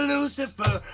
Lucifer